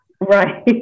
Right